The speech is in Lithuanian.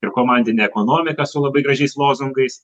ir komandinę ekonomiką su labai gražiais lozungais